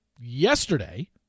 yesterday